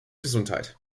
gesundheit